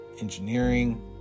engineering